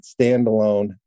standalone